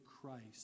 Christ